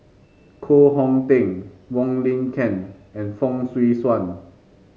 Koh Hong Teng Wong Lin Ken and Fong Swee Suan